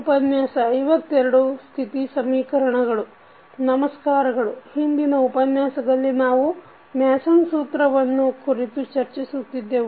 ಉಪನ್ಯಾಸ 52 ಸ್ಥಿತಿ ಸಮೀಕರಣಗಳು ನಮಸ್ಕಾರಗಳು ಹಿಂದಿನ ಉಪನ್ಯಾಸದಲ್ಲಿ ನಾವು ಮ್ಯಾಸನ್ ಸೂತ್ರವನ್ನು Mason's rule ಕುರಿತು ಚರ್ಚಿಸುತ್ತಿದ್ದೆವು